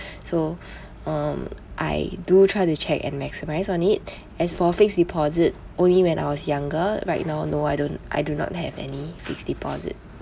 so um I do try to check and maximise on it as for fixed deposit only when I was younger right now no I don't I do not have any fixed deposit